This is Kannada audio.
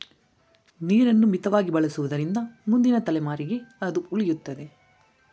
ನೀರನ್ನು ಮಿತವಾಗಿ ಬಳಸುವುದರಿಂದ ಮುಂದಿನ ತಲೆಮಾರಿಗೆ ಅದು ಉಳಿಯುತ್ತದೆ